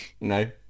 No